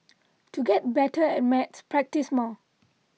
to get better at maths practise more